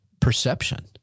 perception